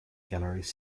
galleries